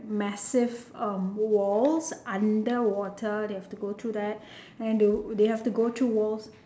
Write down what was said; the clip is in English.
massive um walls underwater they have to go through that and they have to go through walls